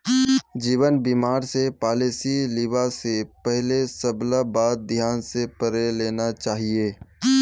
जीवन बीमार पॉलिसीस लिबा स पहले सबला बात ध्यान स पढ़े लेना चाहिए